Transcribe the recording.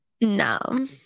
No